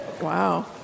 Wow